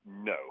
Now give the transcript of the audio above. No